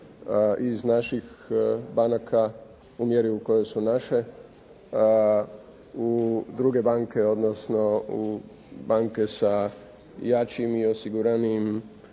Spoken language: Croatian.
iz naših banaka u mjeri u kojoj su naše u druge banke, odnosno u banke sa jačim i osiguranijim